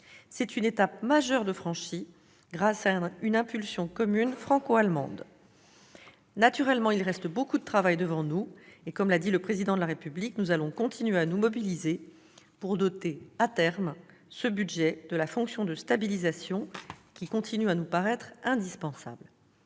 C'est une étape majeure qui est ainsi franchie, grâce à une impulsion commune franco-allemande. Naturellement, il reste beaucoup de travail devant nous et, comme l'a dit le Président de la République, nous allons continuer à nous mobiliser pour doter à terme ce budget de la fonction de stabilisation qui nous paraît indispensable.